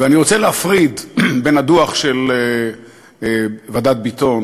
אני רוצה להפריד בין הדוח של ועדת ביטון